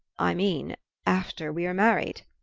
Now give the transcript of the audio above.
i mean after we are married.